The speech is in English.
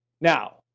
Now